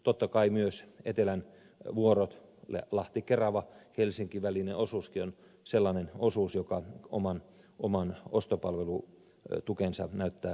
totta kai myös etelän vuorot lahtikeravahelsinki välinen osuuskin on sellainen joka oman ostopalvelutukensa näyttää tarvitsevan